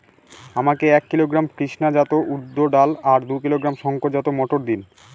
আমাকে এক কিলোগ্রাম কৃষ্ণা জাত উর্দ ডাল আর দু কিলোগ্রাম শঙ্কর জাত মোটর দিন?